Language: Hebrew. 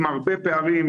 עם הרבה פערים,